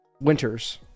Winters